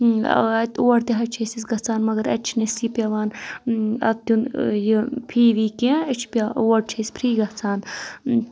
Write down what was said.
اَتہِ اور تہِ حٕظ چھِ أسۍ أسۍ گَژھان مگر اَتہِ چھِ نہٕ أسۍ یہِ پیٚوان اَتہِ دیُن یہِ فی وی کینٛہہ أسۍ چھِ پیا اور چھِ أسۍ پھری گژھان